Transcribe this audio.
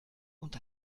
und